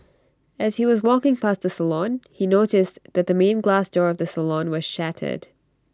as he was walking past the salon he noticed that the main glass door of the salon was shattered